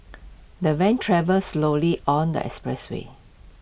the van travelled slowly on the expressway